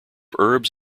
herbs